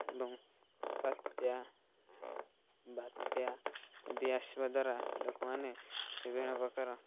ଏବଂ ବାତ୍ୟା ବାତ୍ୟା ଆଦି ଆସିବା ଦ୍ୱାରା ଲୋକମାନେ ବିଭିନ୍ନପ୍ରକାର